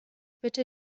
bitte